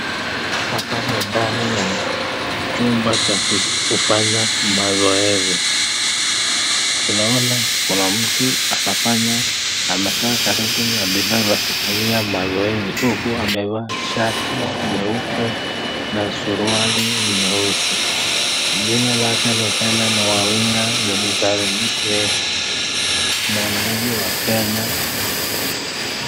Hapa ni ndani ya chumba cha kufanya mazoezi. Tunaona kuna mtu anafanya, amekaa karibu na bidhaa za kufanyia mazoezi, huku amevaa shati nyeupe na suruali nyeusi. Jina lake ni Hellen Wawira, mwananchi wa Kenya.